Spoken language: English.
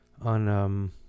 on